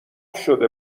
شده